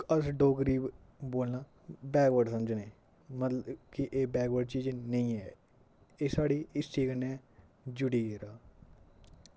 अस डोगरी बोलना बैकवर्ड समझने मतलव कि एह् बैकवर्ड चीज निं ऐ एह् साढ़ी हिस्ट्री कन्नै जुड़ी गेदा